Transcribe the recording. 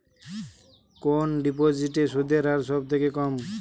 কোন ডিপোজিটে সুদের হার সবথেকে কম?